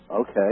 Okay